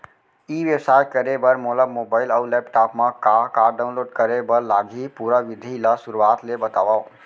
ई व्यवसाय करे बर मोला मोबाइल अऊ लैपटॉप मा का का डाऊनलोड करे बर लागही, पुरा विधि ला शुरुआत ले बतावव?